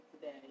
today